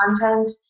content